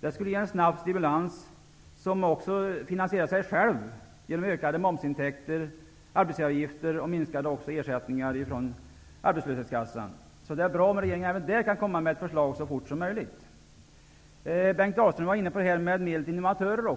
Detta skulle ge en snabb stimulans, som också väl skulle finansiera sig genom ökade momsintäkter, arbetsgivaravgifter och minskade arbetslöshetsersättningar. Därför vore det bra om regeringen även här så fort som möjligt kom med ett förslag. Bengt Dalström var inne på frågan om fler innovatörer.